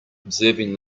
observing